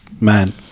man